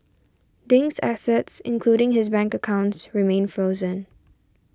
Ding's assets including his bank accounts remain frozen